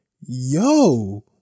Yo